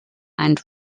and